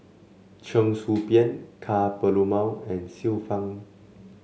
Cheong Soo Pieng Ka Perumal and Xiu Fang